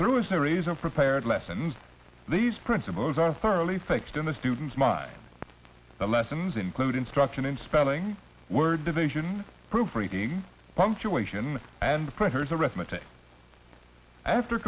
through a series of prepared lessons these principles are thoroughly fixed in the student's mind the lessons include instruction in spell word division proofreading punctuation and printers arithmetic after